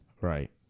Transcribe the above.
right